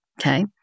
okay